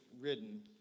ridden